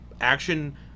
action